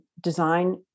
design